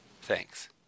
Thanks